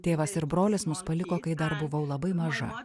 tėvas ir brolis mus paliko kai dar buvau labai maža